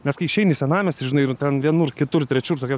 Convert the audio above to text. nes kai išeini į senamiestį žinai ir ten vienur kitur trečiur tokia